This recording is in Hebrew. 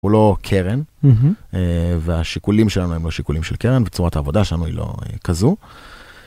הוא לא קרן והשיקולים שלנו הם לא שיקולים של קרן וצורת העבודה שלנו היא לא כזו.